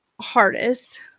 hardest